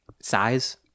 size